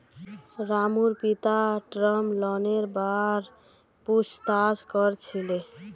रामूर पिता टर्म लोनेर बार पूछताछ कर छिले